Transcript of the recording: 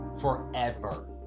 forever